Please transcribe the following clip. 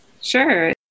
Sure